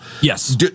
Yes